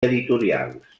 editorials